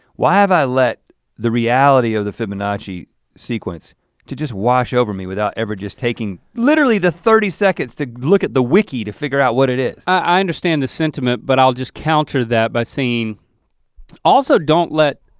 why have i let the reality of the fibonacci sequence to just wash over me without ever just taking, literally the thirty seconds to look at the wiki to figure out what it is. i understand the sentiment but i'll just counter that by saying also don't let,